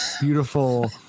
beautiful